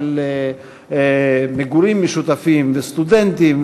של מגורים משותפים עם סטודנטים,